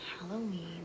Halloween